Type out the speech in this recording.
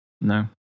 No